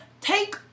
take